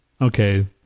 okay